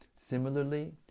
Similarly